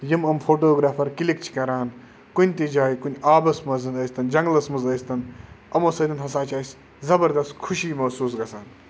یِم یِم photographer click چھِ کَران کُنہِ تہِ جایہِ کُنہِ آبَس منٛز ٲسۍتَن جنٛگلَس منٛز ٲسۍتَن یِمو سۭتۍ ہَسا چھِ اَسہِ زَبردَست خوشی محسوٗس گژھان